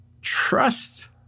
trust